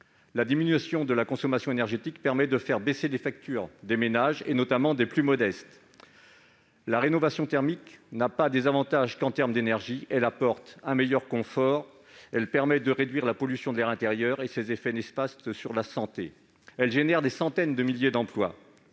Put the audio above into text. la diminution de la consommation énergétique permet de faire baisser les factures des ménages, notamment des plus modestes ; la rénovation thermique n'a pas seulement des avantages en termes d'énergie, elle apporte aussi un meilleur confort et permet de réduire la pollution de l'air intérieur et ses effets néfastes sur la santé ; les travaux de rénovation génèrent des centaines de milliers d'emplois.